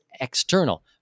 external